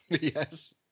Yes